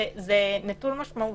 זה נטול משמעות.